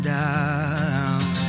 down